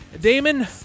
Damon